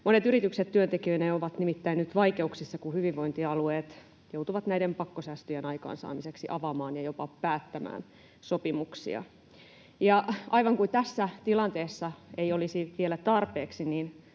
Monet yritykset työntekijöineen ovat nimittäin nyt vaikeuksissa, kun hyvinvointialueet joutuvat näiden pakkosäästöjen aikaansaamiseksi avaamaan ja jopa päättämään sopimuksia. Ja aivan kuin tässä tilanteessa ei olisi vielä tarpeeksi,